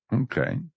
Okay